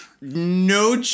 No